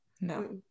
No